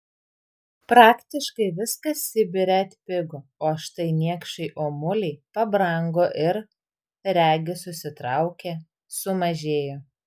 praktiškai viskas sibire atpigo o štai niekšai omuliai pabrango ir regis susitraukė sumažėjo